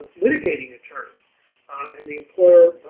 litigating attorney and the employer